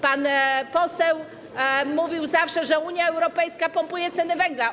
Pan poseł mówił zawsze, że Unia Europejska pompuje ceny węgla.